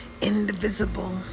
indivisible